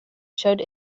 showed